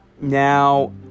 Now